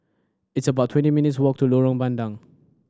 it's about twenty minutes' walk to Lorong Bandang